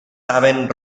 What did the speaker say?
saben